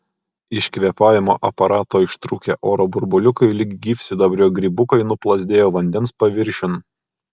iš kvėpavimo aparato ištrūkę oro burbuliukai lyg gyvsidabrio grybukai nuplazdėjo vandens paviršiun